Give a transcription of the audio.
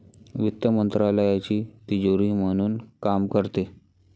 वित्त मंत्रालयाची तिजोरी म्हणून काम करते